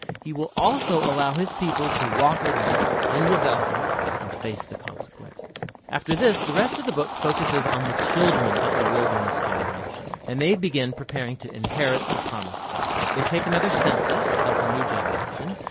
he will also allow his people to walk away in rebellion and face the consequences. after this, the rest of the book focuses on the children of the wilderness generation and they begin preparing to inherit the promised land. they take another census of the new generation,